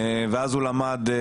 ואז הוא למד,